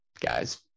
guys